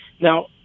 Now